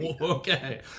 okay